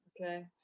Okay